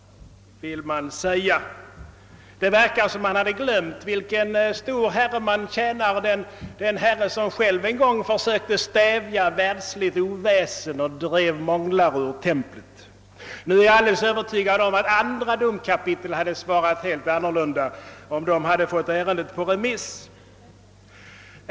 Det verkar som om man glömt vilken stor herre man tjänar, Han som själv en gång försökte stävja världsligt oväsen och drev månglare ur templet. Jag är alldeles övertygad om att andra domkapitel hade svarat helt annorlunda, om de fått ärendet på remiss.